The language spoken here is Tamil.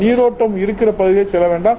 நீரோட்டம் இருக்கின்ற பகுதிகளிலே செல்ல வேண்டாம்